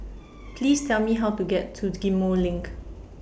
Please Tell Me How to get to Ghim Moh LINK